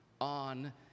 on